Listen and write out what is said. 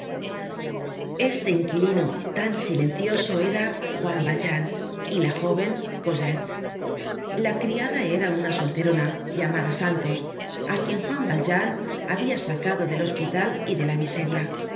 este inquilino tan silencioso era juan valjean y la jóven cosette la criada era una solterona llamada santos á quien juan valjean habia sacado del hospital y de la miseria